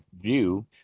view